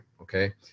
okay